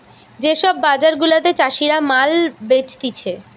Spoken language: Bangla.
যে সব বাজার গুলাতে চাষীরা মাল বেচতিছে